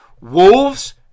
Wolves